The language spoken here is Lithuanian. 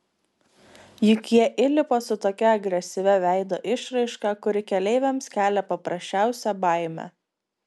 juk jie įlipa su tokia agresyvia veido išraiška kuri keleiviams kelia paprasčiausią baimę